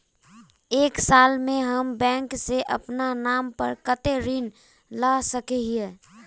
एक साल में हम बैंक से अपना नाम पर कते ऋण ला सके हिय?